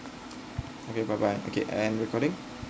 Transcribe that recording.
okay bye bye okay and recording